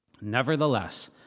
nevertheless